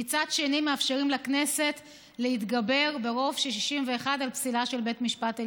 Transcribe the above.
ומצד שני מאפשרים לכנסת להתגבר ברוב של 61 על פסילה של בית משפט עליון.